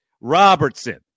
Robertson